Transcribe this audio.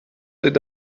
did